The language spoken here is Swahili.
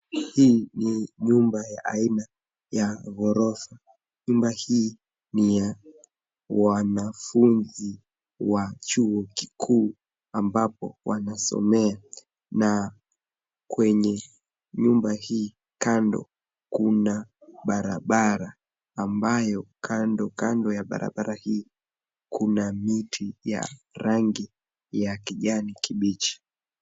Hii ni nyumba ya aina ya ghorofa. Nyumba hii ni ya wanafunzi wa chuo kikuu ambapo wanasomea na kwenye nyumba hii kando kuna barabara ambayo kando kando ya barabara hii kuna miti ya rangi ya kijani kibichi.